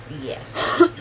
Yes